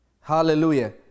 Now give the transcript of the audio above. Hallelujah